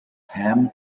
ham